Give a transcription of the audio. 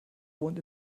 wohnt